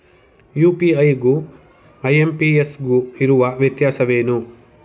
UPI ಗು IMPS ಗು ಇರುವ ವ್ಯತ್ಯಾಸವೇನು?